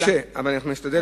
קשה, אבל אנחנו נשתדל לסכם.